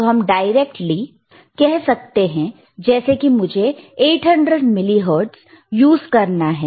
तो हम directly WhatsApp कह सकते हैं जैसे कि मुझे 800 मिली हर्टज यूज करना है